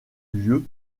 lieu